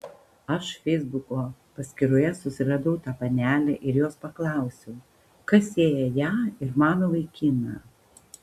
aš feisbuko paskyroje susiradau tą panelę ir jos paklausiau kas sieja ją ir mano vaikiną